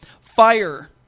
fire